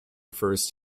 refers